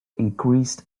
increased